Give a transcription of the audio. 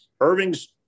Irving's